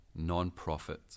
nonprofit